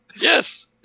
Yes